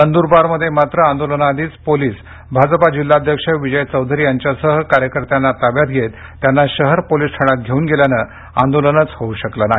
नंदूरबारमध्ये मात्र आंदोलना आधीच पोलीस भाजपा जिल्हाध्यक्ष विजय चौधरी यांच्यासह कार्यकर्त्यांना ताब्यात घेत त्यांना शहर पोलीस ठाण्यात घेवुन गेल्याने आंदोलनच होवु शकले नाही